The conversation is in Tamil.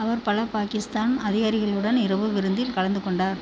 அவர் பல பாகிஸ்தான் அதிகாரிகளுடன் இரவு விருந்தில் கலந்து கொண்டார்